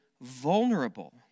vulnerable